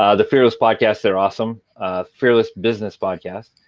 ah the fearless podcast, they're awesome fearless business podcast.